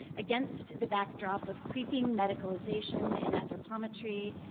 against the backdrop of creeping medicalization and anthropometry,